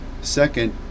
Second